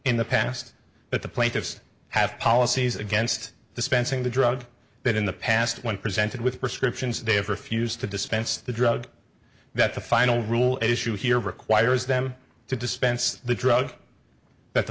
in the past but the plaintiffs have policies against dispensing the drug that in the past when presented with prescriptions they have refused to dispense the drug that the final rule at issue here requires them to dispense the drug but the